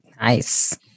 Nice